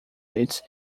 its